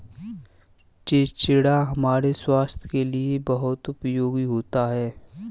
चिचिण्डा हमारे स्वास्थ के लिए बहुत उपयोगी होता है